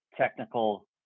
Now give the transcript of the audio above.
technical